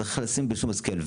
צריך לשים בשום שכל.